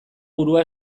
burua